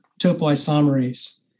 topoisomerase